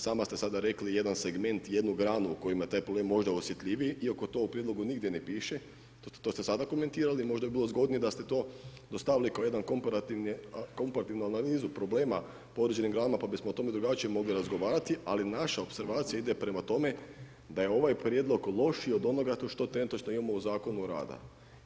Sama ste sada rekli jedan segment, jednu granu u kojima je taj polem možda osjetljiviji iako to u prijedlogu nigdje ne piše, to ste sada komentirali, možda bi bilo zgodnije da ste to dostavili kao jedan komparativnu analizu problema po određenim granama pa bismo o tome drugačije mogli razgovarati, ali naša opservacija ide prema tome da je ovaj prijedlog lošiji od onoga što trenutačno imamo u Zakonu o radu.